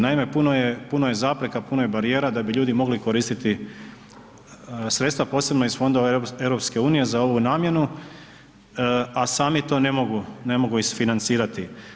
Naime, puno je zapreka, puno je barijera da bi ljudi mogli koristiti sredstva posebno iz fondova EU za ovu namjenu, a sami to ne mogu, ne mogu isfinancirati.